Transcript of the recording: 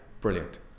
brilliant